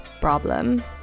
problem